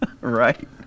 Right